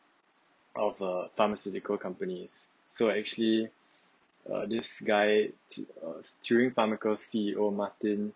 of err pharmaceutical companies so actually uh this guy uh turing pharmaceuticals C_E_O martin